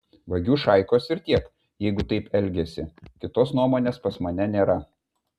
vagių šaikos ir tiek jeigu taip elgiasi kitos nuomonės pas mane nėra